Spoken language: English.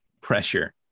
Pressure